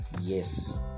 Yes